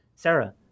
Sarah